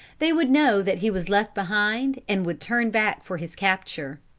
they would know that he was left behind, and would turn back for his capture.